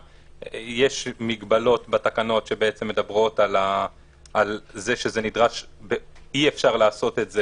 יש מגבלות בתקנות שמדברות על זה שזה נדרש ואי אפשר לעשות את זה